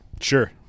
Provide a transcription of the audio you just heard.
Sure